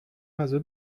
غذا